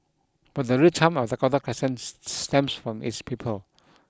but the real charm of Dakota Crescent stems from its people